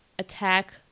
attack